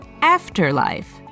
afterlife